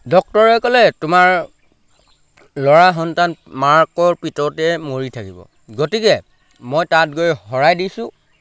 ডক্তৰে ক'লে তোমাৰ ল'ৰা সন্তান মাকৰ পেটতে মৰি থাকিব গতিকে মই তাত গৈ শৰাই দিছোঁ